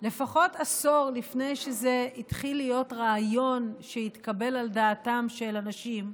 לפחות עשור לפני שזה התחיל להיות רעיון שהתקבל על דעתם של אנשים,